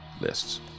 lists